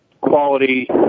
quality